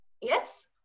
Yes